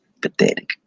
Pathetic